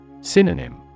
Synonym